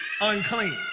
unclean